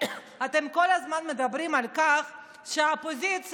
אתם כל הזמן מדברים על כך שהאופוזיציה